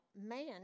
man